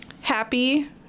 happy